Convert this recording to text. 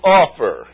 offer